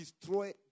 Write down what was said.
destroy